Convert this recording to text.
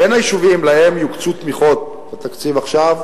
בין היישובים שיוקצו להם תמיכות בתקציב עכשיו,